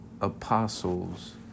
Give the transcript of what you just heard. apostles